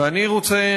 ואני רוצה,